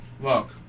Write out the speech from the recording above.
Look